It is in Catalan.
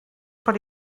per